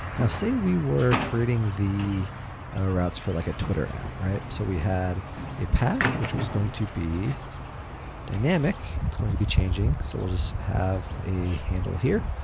now say we were creating the routes for like a twitter app, right? so we had a path which was going to be dynamic. it's going to be changing. so we'll just have a handle here,